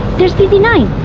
there's p z nine.